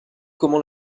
comment